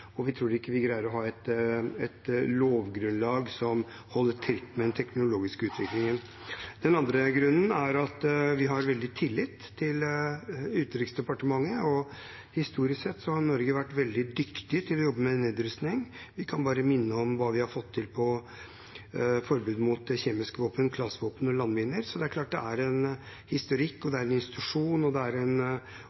og vi tror ikke vi greier å ha et lovgrunnlag som holder tritt med den teknologiske utviklingen. Den andre grunnen er at vi har stor tillit til Utenriksdepartementet. Historisk sett har Norge vært veldig dyktige til å jobbe med nedrustning. Vi kan bare minne om hva vi har fått til når det gjelder forbud mot kjemiske våpen, klasevåpen og landminer. Så det er en historikk, en institusjon og